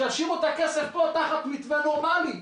שישאירו את הכסף פה תחת מתווה נורמאלי.